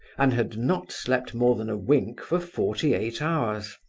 and had not slept more than a wink for forty-eight hours.